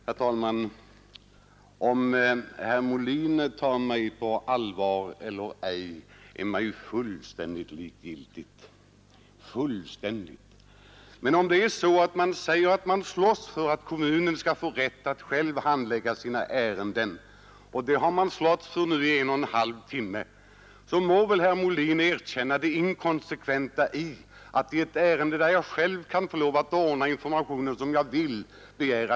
Herr talman! Om herr Molin tar mig på allvar eller ej är mig fullständigt likgiltigt. Men om man säger att man slåss för att kommunen skall få rätt att själv handlägga sina ärenden — och det har man slagits för i en och en halv timme nu — måste man väl erkänna det inkonsekventa i att begära ett ingripande i ett ärende där kommunen får ordna informationen som den själv vill.